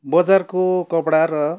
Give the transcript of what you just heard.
बजारको कपडा र